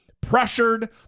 pressured